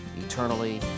eternally